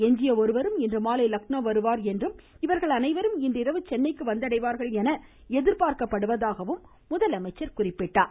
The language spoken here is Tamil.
எஞ்சிய ஒருவரும் இன்று மாலை லக்னோ வருவார் என்றும் இவர்கள் அனைவரும் இன்றிரவு சென்னைக்கு வந்தடைவார்கள் என எதிர்பார்க்கப்படுவதாகவும் முதலமைச்சர் குறிப்பிட்டார்